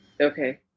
Okay